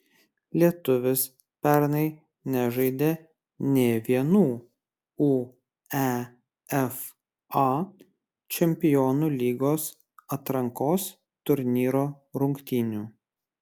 lietuvis pernai nežaidė nė vienų uefa čempionų lygos atrankos turnyro rungtynių